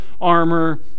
armor